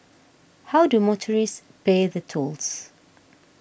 how do motorists pay the tolls